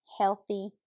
healthy